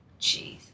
jeez